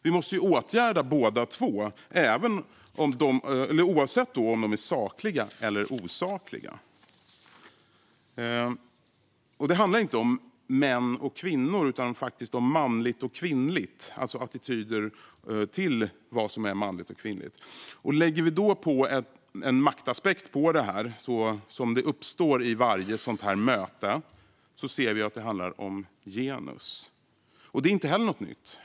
Vi måste åtgärda båda två, oavsett om de är sakliga eller osakliga. Det handlar inte om män och kvinnor utan om attityder till vad som är manligt och kvinnligt. Om vi lägger en maktaspekt på detta - som uppstår vid varje sådant möte - ser vi att det handlar om genus. Det är inte heller något nytt.